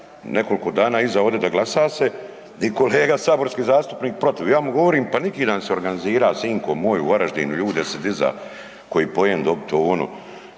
nekoliko dana iza ovde da glasa se i kolega saborski zastupnik protiv. Ja mu govorim pa niki dan si organizira sinko moj u Varaždinu ljude si diza koji poen dobit ovo,